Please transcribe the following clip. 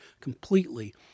completely